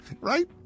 Right